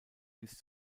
bis